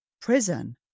Prison